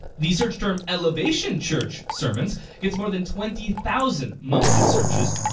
the search term elevation church sermons gets more than twenty thousand monthly searches,